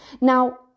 Now